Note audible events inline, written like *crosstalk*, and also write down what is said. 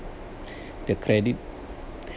*breath* the credit